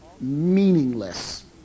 meaningless